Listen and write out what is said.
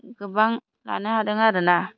गोबां लानो हादों आरो ना